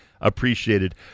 appreciated